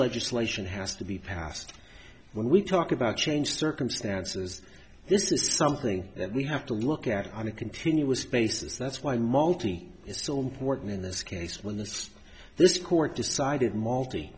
legislation has to be passed when we talk about change circumstances this is something that we have to look at on a continuous basis that's why multi is so important in this case when this this court decided multi